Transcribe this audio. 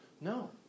No